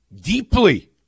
deeply